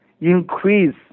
increase